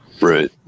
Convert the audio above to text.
Right